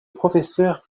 professeur